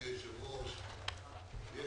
יש